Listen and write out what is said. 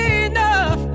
enough